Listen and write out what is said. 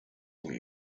long